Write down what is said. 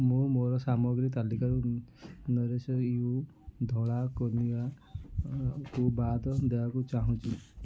ମୁଁ ମୋର ସାମଗ୍ରୀ ତାଲିକାରୁ ଧଳା କୁ ବାଦ୍ ଦେବାକୁ ଚାହୁଁଛି